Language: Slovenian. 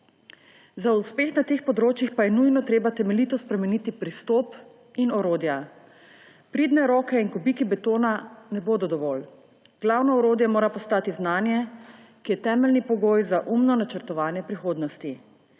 Za uspeh na teh področjih pa je nujno treba temeljito spremeniti pristop in orodja. Pridne roke in kubiki betona ne bodo dovolj. Glavno orodje mora postati znanje, ki je temeljni pogoj za umno načrtovanje prihodnosti.